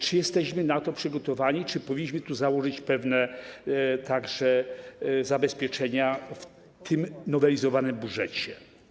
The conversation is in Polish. Czy jesteśmy na to przygotowani, czy powinniśmy założyć pewne zabezpieczenia w tym nowelizowanym budżecie?